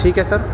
ٹھیک ہے سر